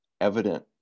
evident